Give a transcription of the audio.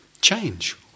change